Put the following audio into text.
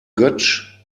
götsch